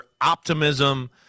optimism